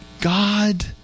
God